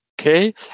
okay